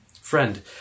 Friend